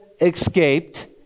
escaped